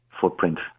footprint